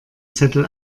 zettel